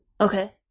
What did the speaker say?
Okay